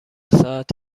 ساعت